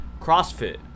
CrossFit